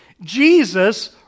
Jesus